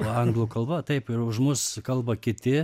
anglų kalba taip ir už mus kalba kiti